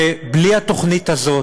בלי התוכנית הזאת,